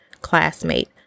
classmate